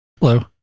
Hello